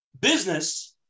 business